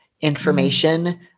information